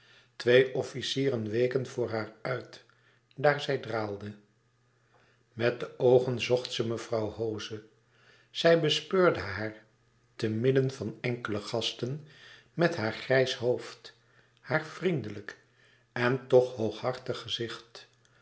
twee officieren weken voor haar uit daar zij draalde met de oogen zocht ze mevrouw hoze zij bespeurde haar te midden van enkele gasten met haar grijs hoofd haar vriendelijk en toch hooghartig gezicht